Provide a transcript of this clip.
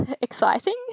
exciting